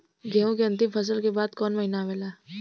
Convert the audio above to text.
गेहूँ के अंतिम फसल के बाद कवन महीना आवेला?